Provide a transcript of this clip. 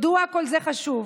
מדוע כל זה חשוב?